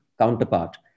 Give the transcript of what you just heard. counterpart